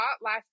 last